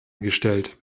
gestellt